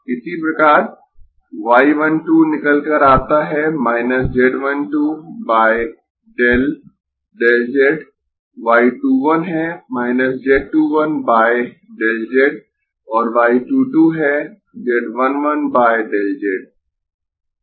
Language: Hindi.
इसी प्रकार y 1 2 निकल कर आता है z 1 2 बाय ∆ ∆z y 2 1 है z 2 1 बाय ∆ z और y 2 2 है z 1 1 बाय ∆ z